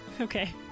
okay